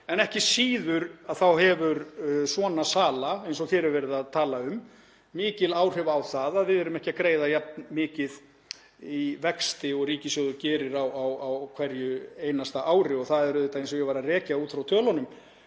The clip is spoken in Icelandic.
en ekki síður þá hefur svona sala, eins og hér er verið að tala um, mikil áhrif á það að við værum ekki að greiða jafn mikið í vexti og ríkissjóður gerir á hverju einasta ári. Það eru auðvitað, eins og ég var að rekja út frá tölunum,